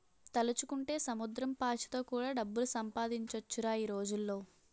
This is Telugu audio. తలుచుకుంటే సముద్రం పాచితో కూడా డబ్బులు సంపాదించొచ్చురా ఈ రోజుల్లో